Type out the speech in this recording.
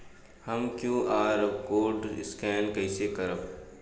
हम Q R code scan कइसे करब?